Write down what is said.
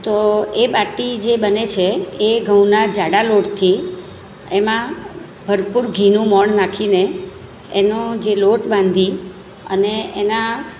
તો એ બાટી જે બને છે એ ઘઉંના જાડા લોટથી એમાં ભરપૂર ઘીનું મોણ નાખીને એનો જે લોટ બાંધી અને એના